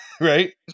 Right